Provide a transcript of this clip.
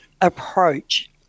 approach